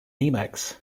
emacs